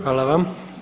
Hvala vam.